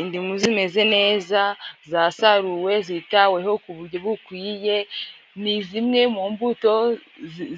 Indimu zimeze neza zasaruwe zitaweho ku buryo bukwiye. Ni zimwe mu mbuto